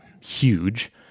huge